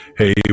hey